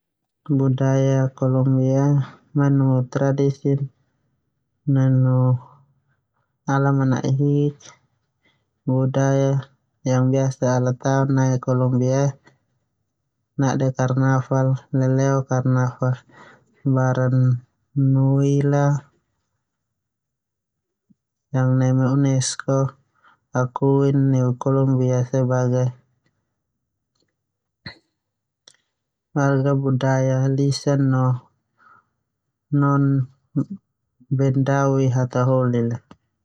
Budaya Colombia manu tradisi no alam manaahik. Budaya yang biasa ala taon nai Colombia ia karnaval lelelo karnaval barnuilla yang UNESCO akui neu Colombia dadi warisan budaya lisan no nonbedawi hataholi.